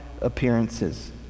appearances